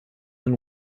than